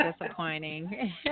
disappointing